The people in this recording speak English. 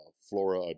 Flora